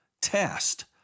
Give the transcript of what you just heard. test